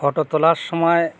photo তোলার সময়